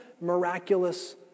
miraculous